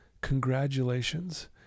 congratulations